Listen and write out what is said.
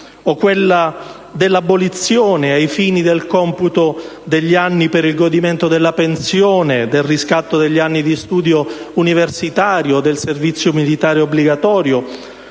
o quella dell'abolizione, ai fini del computo degli anni per il godimento della pensione, del riscatto degli anni di studio universitario o del servizio militare obbligatorio,